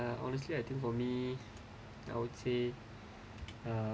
I honestly I think for me I would say uh